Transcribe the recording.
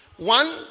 One